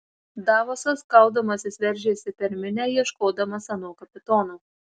davosas kaudamasis veržėsi per minią ieškodamas ano kapitono